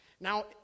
Now